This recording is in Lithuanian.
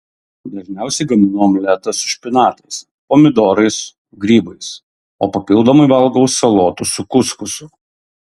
dažniausiai gaminu omletą su špinatais pomidorais grybais o papildomai valgau salotų su kuskusu